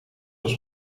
was